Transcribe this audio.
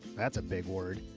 that's a big word.